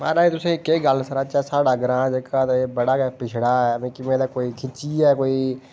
महाराज तुसेंगी केह् गल्ल सनाचै साढ़ा ग्रांऽ ऐ जेहका ते एह् बड़ा गै पिछड़ा मिगी लगदा खिच्चियै कोई